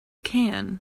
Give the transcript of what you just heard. can